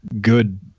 good